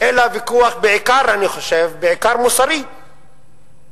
אלא ויכוח בעיקר, אני חושב, בעיקר מוסרי ופוליטי: